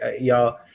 y'all